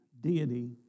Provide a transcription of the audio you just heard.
deity